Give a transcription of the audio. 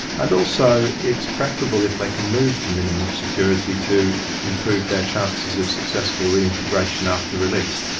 and also it's preferable if they can move to minimum security to improve their chances of successful reintegration after release.